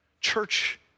church